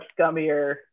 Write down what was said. gummier